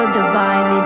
divine